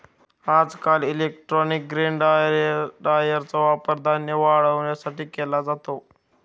आजकाल electronic grain ड्रायरचा वापर धान्य वाळवण्यासाठी केला जातो